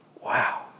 Wow